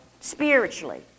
spiritually